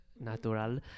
natural